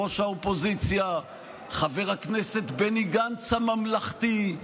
ראש האופוזיציה חבר הכנסת בני גנץ הממלכתי,